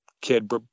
Kid